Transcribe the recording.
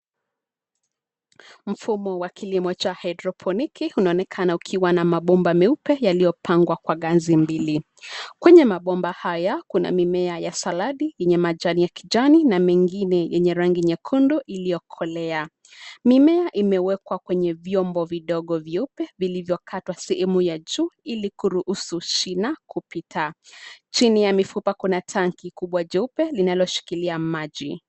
Mfumo wa kilimo cha hydroponiki unaonekana ukiwa na mabomba meupe yaliyopangwa kwa ganzi mbili, kwenye mabomba haya kuna mimea ya saladi yenye majani ya kijani na mengine yenye rangi nyekundu iliyokolea. Mimea imewekwa kwenye vyombo vidogo vieupe vilivyokatwa sehemu ya juu ili kuruhusu shina kupita, chini ya mifupa kuna tenki kubwa jeupe linaloshikilia maji.